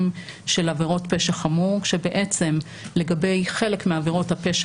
של עבירות פשע חמור כשבעצם לגבי חלק מהעבירות הפשע